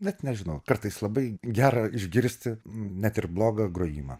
net nežinau kartais labai gera išgirsti net ir blogą grojimą